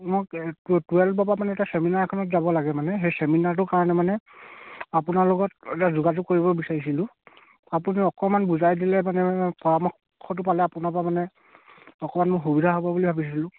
মোক টু টুৱেলভৰ পৰা মানে এটা ছেমিনাৰ এখনত যাব লাগে মানে সেই ছেমিনাৰটো কাৰণে মানে আপোনাৰ লগত এটা যোগাযোগ কৰিব বিচাৰিছিলোঁ আপুনি অকণমান বুজাই দিলে মানে পৰামৰ্শটো পালে আপোনাৰ পৰা মানে অকণমান মোৰ সুবিধা হ'ব বুলি ভাবিছিলোঁ